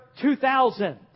2000